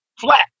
flat